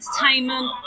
entertainment